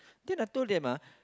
then I told them ah